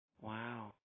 Wow